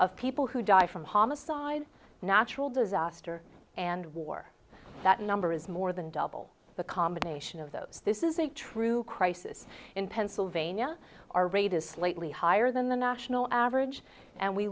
of people who die from homicide natural disaster and war that number is more than double the combination of those this is a true crisis in pennsylvania our rate is slightly higher than the national average and we